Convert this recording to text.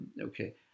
Okay